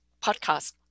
podcast